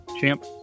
Champ